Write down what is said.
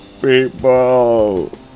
people